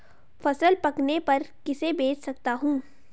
फसल पकने पर किसे बेच सकता हूँ?